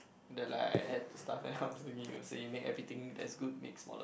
the like I had to starve that kind of thingy you were saying you make everything that's good make smaller